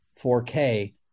4K